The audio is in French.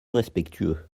respectueux